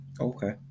Okay